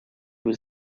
was